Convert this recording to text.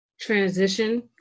transition